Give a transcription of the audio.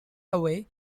away